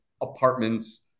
apartments